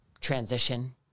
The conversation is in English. transition